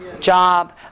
job